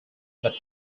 but